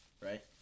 right